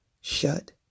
shut